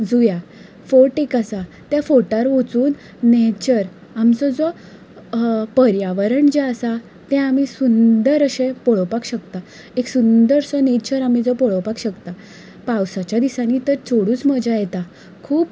जुव्यां fort एक आसा त्या फोर्टार वचून नॅचर आमचो जो पर्यावरण जें आसा तें आमी सुंदर अशें पळोवपाक शकता एक सुंदरसो नॅचर आमी थंय पळोवपाक शकता पावसाच्या दिसांनी तर चडच मज्या येता खूब